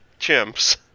chimps